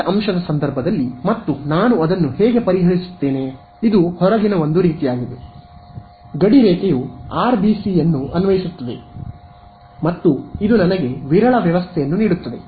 ಸೀಮಿತ ಅಂಶದ ಸಂದರ್ಭದಲ್ಲಿ ಮತ್ತು ನಾನು ಅದನ್ನು ಹೇಗೆ ಪರಿಹರಿಸುತ್ತೇನೆ ಇದು ಹೊರಗಿನ ಒಂದು ರೀತಿಯಾಗಿದೆ ಗಡಿರೇಖೆಯು ಆರ್ಬಿಸಿಯನ್ನು ಅನ್ವಯಿಸುತ್ತದೆ ಮತ್ತು ಇದು ನನಗೆ ವಿರಳ ವ್ಯವಸ್ಥೆಯನ್ನು ನೀಡುತ್ತದೆ